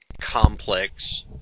complex